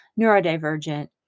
neurodivergent